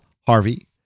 harvey